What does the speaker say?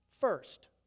First